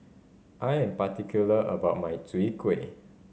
I am particular about my Chwee Kueh